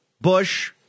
Bush